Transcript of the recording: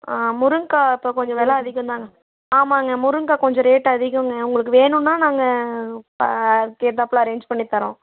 முருங்கக்காய் இப்போ கொஞ்சம் வில அதிகம்தாங்க ஆமாம்ங்க முருங்கக்காய் கொஞ்சம் ரேட்டு அதிகங்க உங்களுக்கு வேணுன்னா நாங்கள் அதற்கேத்தாப்ல அரேஞ்ச் பண்ணித்தரோம்